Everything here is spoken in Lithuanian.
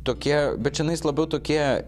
tokie bet čionais labiau tokie